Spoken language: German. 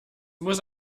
muss